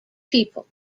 people